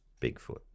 Bigfoot